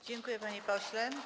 Dziękuję, panie pośle.